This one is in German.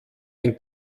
ein